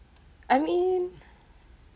I mean